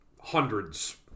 hundreds